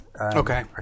Okay